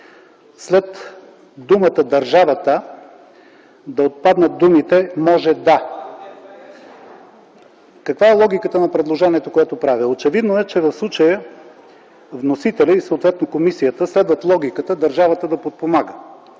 след думата „държавата” да отпаднат думите „може да”. Каква е логиката на предложението, което правя? Очевидно е, че в случая вносителят и съответно комисията следват логиката държавата да подпомага,